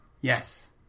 Yes